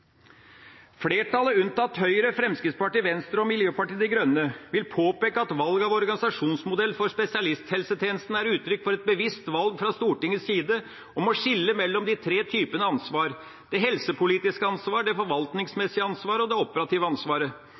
Flertallet, unntatt Høyre, Fremskrittspartiet, Venstre og Miljøpartiet De Grønne, vil påpeke at valget av organisasjonsmodell for spesialisthelsetjenesten er uttrykk for et bevisst valg fra Stortingets side om å skille mellom de tre typene ansvar: det helsepolitiske ansvar, det forvaltningsmessige ansvar og det operative